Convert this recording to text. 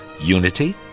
Unity